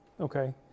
Okay